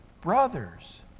brothers